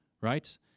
right